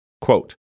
quote